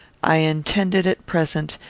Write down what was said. i intended, at present,